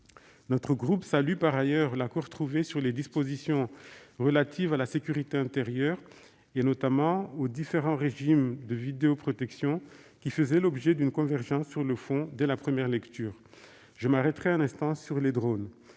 Notre groupe salue par ailleurs l'accord trouvé sur les dispositions relatives à la sécurité intérieure, notamment sur les différents régimes de vidéoprotection, qui faisaient l'objet d'une convergence de fond dès la première lecture. Je m'arrêterai un instant sur les drones.